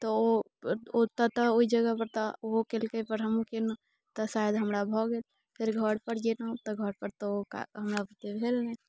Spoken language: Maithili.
तो ओतऽ तऽ ओहि जगह पर ओ कयलकै पर हमहुँ कयलहुँ तऽ शायद हमरा भऽ गेल फेर घर पर गेलहुँ तऽ घर पर तऽ ओ हमरा बुते भेल नहि